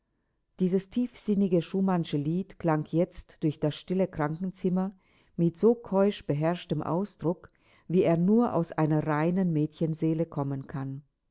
dieses tiefsinnige schumannsche lied klang jetzt durch das stille krankenzimmer mit so keusch beherrschtem ausdruck wie er nur aus einer reinen mädchenseele kommen kann